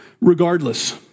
Regardless